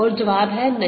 और जवाब है नहीं